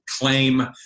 claim